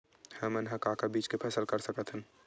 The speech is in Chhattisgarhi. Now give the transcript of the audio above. हमन ह का का बीज के फसल कर सकत हन?